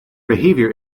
behavior